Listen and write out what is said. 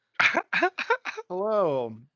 Hello